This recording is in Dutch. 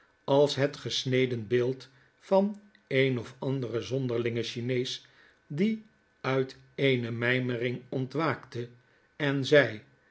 als het fesneden beeld van een of anderen zonderingen chinees die uit eene mijmering ontwaakte en zei